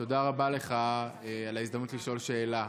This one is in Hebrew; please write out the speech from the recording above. תודה רבה לך על ההזדמנות לשאול שאלה.